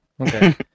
Okay